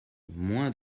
moins